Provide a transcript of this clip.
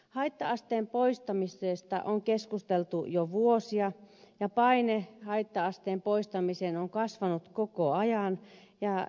haitta asteen poistamisesta on keskusteltu jo vuosia ja paine haitta asteen poistamiseen on kasvanut koko ajan